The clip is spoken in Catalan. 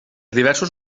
diversos